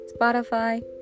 Spotify